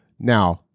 Now